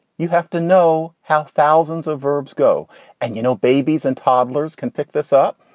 you have to know how thousands of verbs go and, you know, babies and toddlers can pick this up.